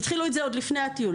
אלא התחילו את זה עוד לפני הטיול.